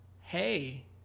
Hey